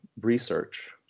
research